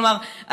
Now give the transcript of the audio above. כלומר,